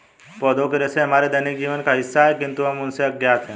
पौधों के रेशे हमारे दैनिक जीवन का हिस्सा है, किंतु हम उनसे अज्ञात हैं